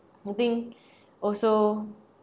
putting also